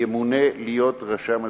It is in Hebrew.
ימונה להיות רשם הזוגיות,